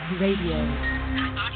Radio